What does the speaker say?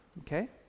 okay